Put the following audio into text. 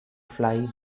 fly